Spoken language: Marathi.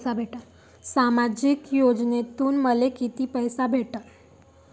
सामाजिक योजनेतून मले कितीक पैसे भेटन?